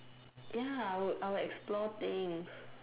ya I would I would explore things